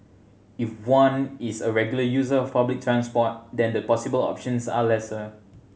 if one is a regular user of public transport then the possible options are lesser